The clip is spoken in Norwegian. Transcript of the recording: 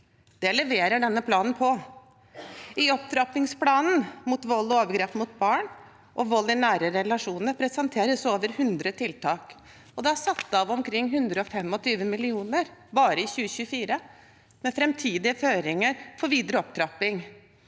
Det leverer denne planen på. I opptrappingsplanen mot vold og overgrep mot barn og vold i nære relasjoner presenteres over 100 tiltak, og det er satt av omkring 125 mill. kr bare i 2024, med framtidige føringer for videre opptrapping.